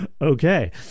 Okay